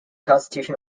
constitution